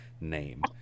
name